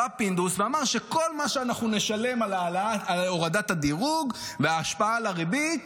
בא פינדרוס ואמר שכל מה שאנחנו נשלם על הורדת הדירוג וההשפעה על הריבית,